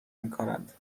میکنند